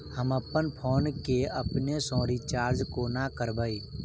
हम अप्पन फोन केँ अपने सँ रिचार्ज कोना करबै?